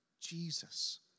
Jesus